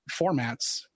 formats